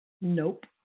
Nope